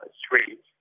street